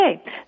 Okay